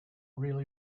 really